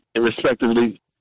respectively